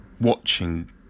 watching